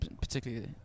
particularly